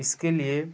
इसके लिए